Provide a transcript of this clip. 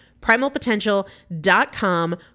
Primalpotential.com